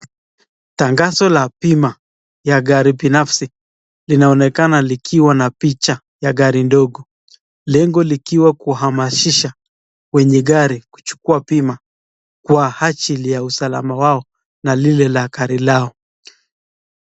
Tangazo la bima ya gari binafsi linaonekana likiwa na picha ya gari ndogo ,lengo likiwa kuhamasisha wenye gari kuchukua bima kwa ajili ya usalama wao na lile la gari lao.